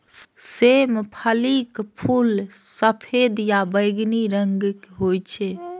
सेम फलीक फूल सफेद या बैंगनी रंगक होइ छै